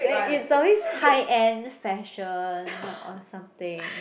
it~ it's always high end fashion or something